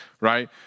right